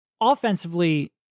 offensively